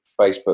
Facebook